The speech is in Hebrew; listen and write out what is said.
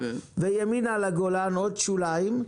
וימינה לגולן עוד שוליים.